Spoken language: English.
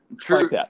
true